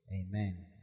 amen